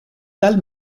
tal